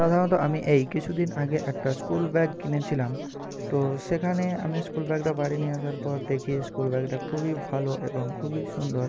সাধারণত আমি এই কিছু দিন আগে একটা স্কুল ব্যাগ কিনেছিলাম তো সেখানে আমি স্কুল ব্যাগটা বাড়ি নিয়ে আসার পর দেখি স্কুল ব্যাগটা খুবই ভালো এবং খুবই সুন্দর